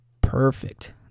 perfect